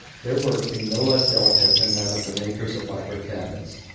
their work being no less delicate than that of the makers of lacquer cabinets.